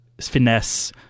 finesse